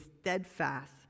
steadfast